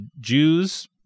Jews